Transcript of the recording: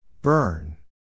Burn